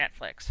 Netflix